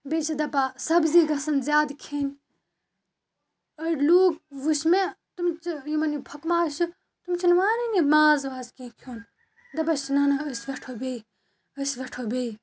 بیٚیہِ چھِ دَپان سَبزی گژھن زیادٕ کھیٚنۍ أڈۍ لُکھ وُچھ مےٚ تِم چھِ یِمن یہِ پھۄکہٕ ماز چھُ تِم چھِ نہٕ مانٲنی ماز واز کیٚنہہ کھیٚوٚن دَپان چھِ نہ نہ أسۍ ویٚٹھو بیٚیہِ